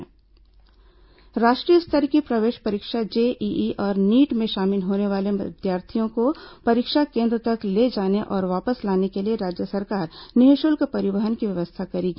JEE NEET परीक्षा राष्ट्रीय स्तर की प्रवेश परीक्षा जेईई और नीट में शामिल होने वाले परीक्षार्थियों को परीक्षा केन्द्रों तक ले जाने और वापस लाने के लिए राज्य सरकार निःशुल्क परिवहन की व्यवस्था करेगी